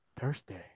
Thursday